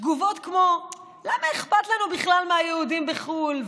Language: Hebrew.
תגובות כמו: למה אכפת לנו בכלל מהיהודים בחו"ל?